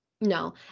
No